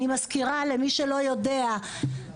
אני מזכירה למי שלא יודע גברתי,